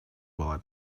была